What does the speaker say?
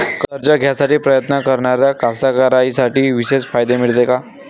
कर्ज घ्यासाठी प्रयत्न करणाऱ्या कास्तकाराइसाठी विशेष फायदे मिळते का?